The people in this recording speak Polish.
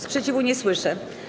Sprzeciwu nie słyszę.